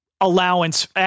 allowance